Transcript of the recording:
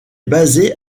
basé